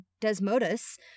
Desmodus